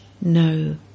No